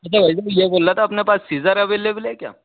पता है भाई साहब में ये बोल रहा था की सिज़र अवैलेवल है क्या